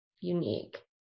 unique